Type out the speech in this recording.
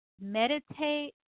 meditate